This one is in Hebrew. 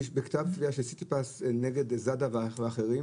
בכתב תביעה של סיטיפס נגד זאדה ואחרים